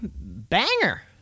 banger